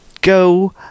go